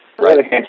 Right